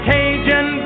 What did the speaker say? Cajun